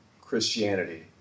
Christianity